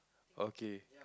okay